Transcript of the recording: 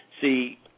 See